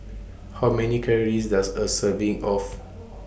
How Many Calories Does A Serving of